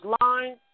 line